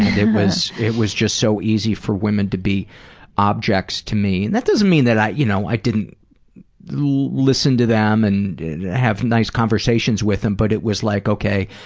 it was it was just so easy for women to be objects to me. that doesn't mean that i you know i didn't listen to them and have nice conversations with them. but it was, like ok,